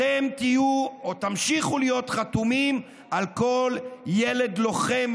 אתם תהיו או תמשיכו להיות חתומים על כל "ילד לוחם",